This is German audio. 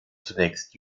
zunächst